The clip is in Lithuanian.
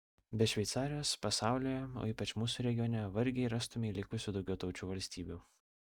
be šveicarijos pasaulyje o ypač mūsų regione vargiai rastumei likusių daugiataučių valstybių